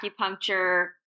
acupuncture